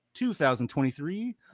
2023